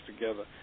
together